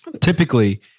typically